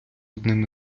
одним